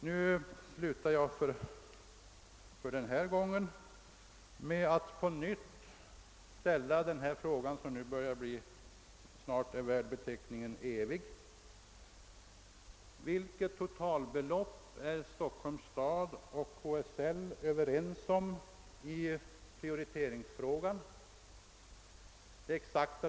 Nu slutar jag för denna gång med att på nytt ställa den fråga som vid detta laget börjar förtjäna beteckningen evig: Vilket totalbelopp är Stockholms stad och KSL överens om i prioriteringsfrågan?